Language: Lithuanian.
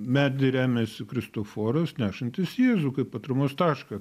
medį remiasi kristoforas nešantis jėzų kaip atramos tašką